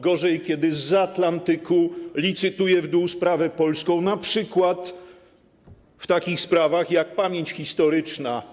Gorzej, kiedy zza Atlantyku licytuje w dół sprawę polską, np. w takich sprawach jak pamięć historyczna.